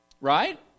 Right